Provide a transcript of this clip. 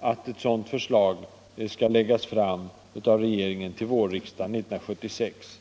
begära förslag av regeringen om ändring av kommunallagen till våren 1976.